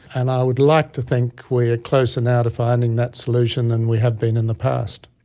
and i would like to think we are closer now to finding that solution than we have been in the past.